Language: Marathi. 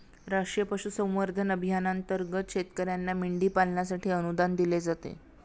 राष्ट्रीय पशुसंवर्धन अभियानांतर्गत शेतकर्यांना मेंढी पालनासाठी अनुदान दिले जाते